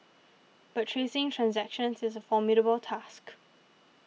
but tracing transactions is a formidable task